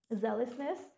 zealousness